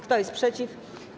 Kto jest przeciw?